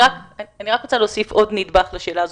אני רק רוצה להוסיף עוד נדבך לשאלה הזאת.